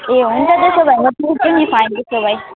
ए हुन्छ त्यसो भए म तिर्छु नि फाइन त्यसो भए